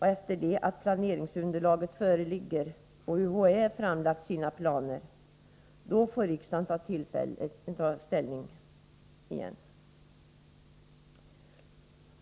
Efter det att planeringsunderlag föreligger och UHÄ framlagt sina planer får riksdagen tillfälle att ta ställning.